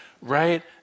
right